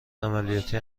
عملیاتی